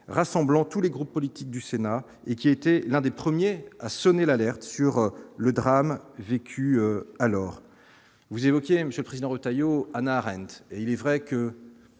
rassemblant tous les groupes politiques du Sénat et qui était l'un des premiers à sonner l'alerte sur le drame vécu alors vous évoquiez monsieur Président Retailleau Hannah Arendt et il est vrai que,